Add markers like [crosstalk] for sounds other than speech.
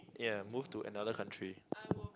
ya move to another country [noise]